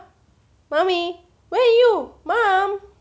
mummy where are you mum